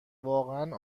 واقعا